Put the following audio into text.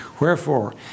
Wherefore